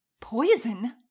Poison